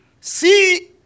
see